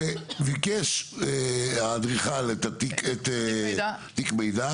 וביקש האדריכל את תיק המידע.